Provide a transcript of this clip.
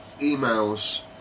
emails